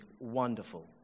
wonderful